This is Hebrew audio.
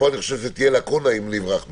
אני חושב שזו תהיה לקונה אם נברח מזה.